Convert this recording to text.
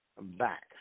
back